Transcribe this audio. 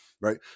right